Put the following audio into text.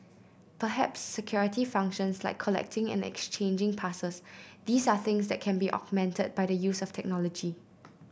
perhaps security functions like collecting and exchanging passes these are things that can be augmented by the use of technology